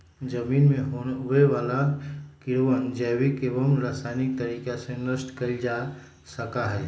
जमीन में होवे वाला कीड़वन जैविक एवं रसायनिक तरीका से नष्ट कइल जा सका हई